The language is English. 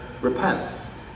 Repents